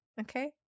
Okay